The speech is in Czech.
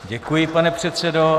Děkuji, pane předsedo.